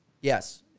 Yes